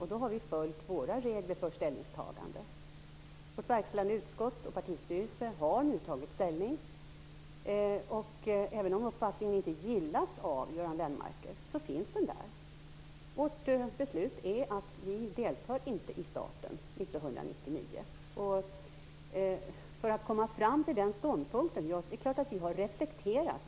Vi har följt våra regler för ställningstagande. Vårt verkställande utskott och partistyrelsen har nu tagit ställning. Även om uppfattningen inte gillas av Göran Lennmarker finns den där. Vårt beslut är att vi inte deltar från starten 1999. För att komma fram till den ståndpunkten är det klart att vi har reflekterat.